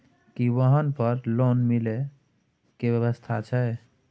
की वाहन पर लोन मिले के व्यवस्था छै?